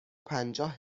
پنجاه